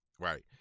Right